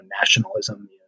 nationalism